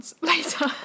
later